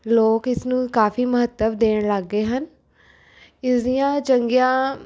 ਲੋਕ ਇਸਨੂੰ ਕਾਫ਼ੀ ਮਹੱਤਵ ਦੇਣ ਲੱਗ ਗਏ ਹਨ ਇਸ ਦੀਆਂ ਚੰਗੀਆਂ